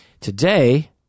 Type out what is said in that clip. Today